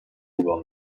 will